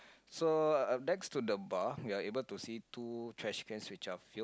so uh next to the bar you are able to see two trashcans which are filled